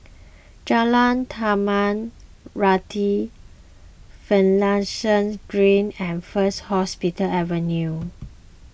Jalan Tanah Rata Finlayson Green and First Hospital Avenue